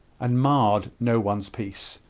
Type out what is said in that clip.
and marred no one's peace.